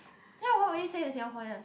then what would he say to Singaporeans